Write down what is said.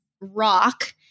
rock